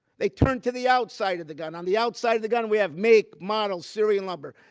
they turn to the outside of the gun. on the outside of the gun, we have make, model, serial number,